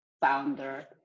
founder